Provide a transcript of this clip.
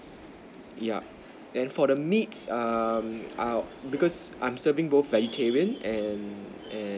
yup and for the meats um I'll because I'm serving both vegetarian and and